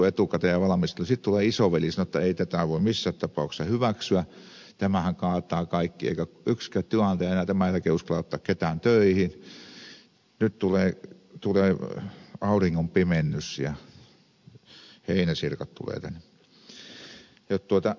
mutta sitten tulee isoveli ja sanoo että ei tätä voi missään tapauksessa hyväksyä tämähän kaataa kaikki eikä yksikään työnantaja enää tämän jälkeen uskalla ottaa ketään töihin nyt tulee auringonpimennys ja heinäsirkat tulevat tänne